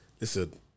Listen